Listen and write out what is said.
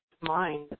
mind